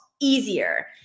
easier